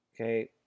Okay